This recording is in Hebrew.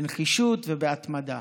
בנחישות ובהתמדה.